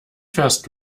fährst